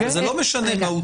אבל זה לא משנה מהותית.